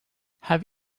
have